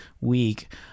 week